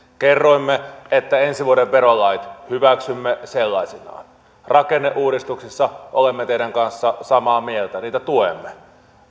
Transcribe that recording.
kerroimme että ensi vuoden verolait hyväksymme sellaisinaan rakenneuudistuksissa olemme teidän kanssanne samaa mieltä niitä tuemme